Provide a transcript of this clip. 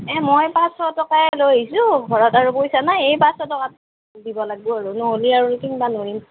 এ মই পাঁচশ টকাই লৈ আহিছোঁ ঘৰত আৰু পইচা নাই এই পাঁচশ টকাতে দিব লাগিব আৰু নহ'লে আৰু কিনিব নোৱাৰিম